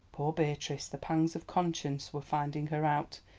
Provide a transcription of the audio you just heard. poor beatrice, the pangs of conscience were finding her out!